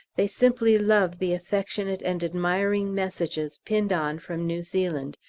they simply love the affectionate and admiring messages pinned on from new zealand,